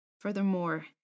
Furthermore